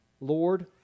Lord